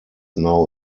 now